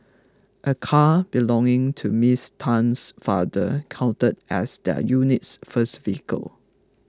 a car belonging to Miss Tan's father counted as their unit's first vehicle